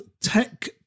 Tech